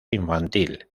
infantil